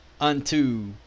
unto